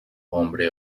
hombre